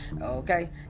okay